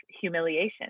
humiliation